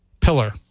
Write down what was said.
pillar